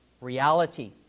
reality